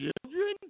children